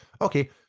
Okay